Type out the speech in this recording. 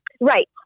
Right